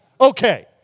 Okay